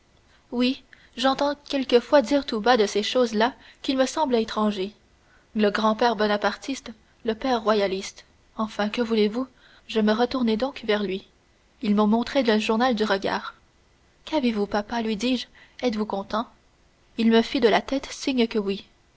oui j'entends quelquefois dire tout bas de ces choses-là qui me semblent étranges le grand-père bonapartiste le père royaliste enfin que voulez-vous je me retournai donc vers lui il me montrait le journal du regard qu'avez-vous papa lui dis-je êtes-vous content il me fit de la tête signe que oui